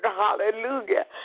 hallelujah